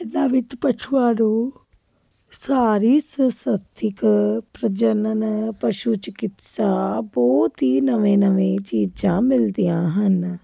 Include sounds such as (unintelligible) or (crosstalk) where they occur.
ਇਹਨਾਂ ਵਿੱਚ ਪਸ਼ੂਆਂ ਨੂੰ ਉਸਾਰੀ (unintelligible) ਪ੍ਰਜਨਨ ਪਸ਼ੂ ਚਕਿਤਸਾ ਬਹੁਤ ਹੀ ਨਵੇਂ ਨਵੇਂ ਚੀਜ਼ਾਂ ਮਿਲਦੀਆਂ ਹਨ